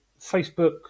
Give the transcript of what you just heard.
facebook